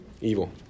Evil